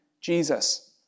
Jesus